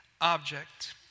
object